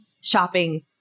shopping